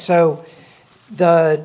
so the